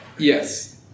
Yes